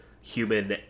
human